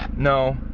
no.